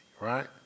right